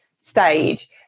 stage